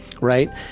right